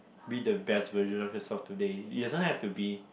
be the best version of yourself today it doesn't have to be